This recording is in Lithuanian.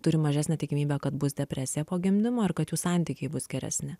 turi mažesnę tikimybę kad bus depresija po gimdymo ar kad jų santykiai bus geresni